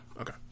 okay